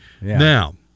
Now